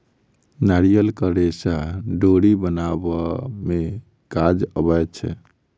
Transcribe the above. नारियलक रेशा डोरी बनाबअ में काज अबै छै